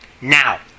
Now